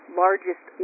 largest